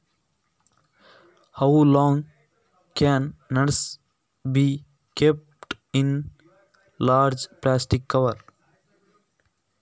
ದೊಡ್ಡ plastic cover ಗಳಲ್ಲಿ ಎಷ್ಟು ಕಾಲ ಅಡಿಕೆಗಳನ್ನು ಇಡಬಹುದು?